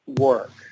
work